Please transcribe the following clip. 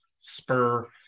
spur